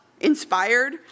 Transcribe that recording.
Inspired